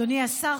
אדוני השר,